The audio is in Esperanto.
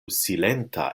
silenta